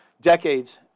Decades